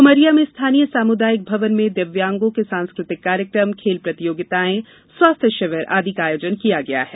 उमरिया में स्थानीय सामुदायिक भवन मे दिव्यागों के सांस्कृतिक कार्यक्रम खेल प्रतियोगिता स्वास्थ्य शिविर आदि का आयोजन किया गया है